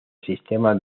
sistema